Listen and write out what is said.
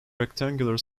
rectangular